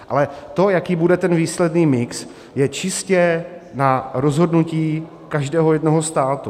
Ale to, jaký bude výsledný mix, je čistě na rozhodnutí každého jednoho státu.